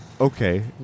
Okay